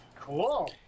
Cool